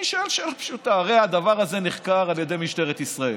אני שואל שאלה פשוטה: הרי הדבר הזה נחקר על ידי משטרת ישראל.